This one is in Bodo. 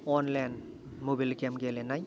अनलाइन मबाइल गेम गेलेनाय